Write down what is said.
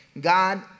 God